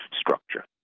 structure